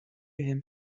him